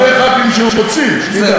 יש לנו כבר הרבה ח"כים שהוא הוציא, שתדע.